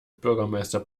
bürgermeister